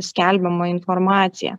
skelbiama informacija